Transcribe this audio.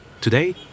Today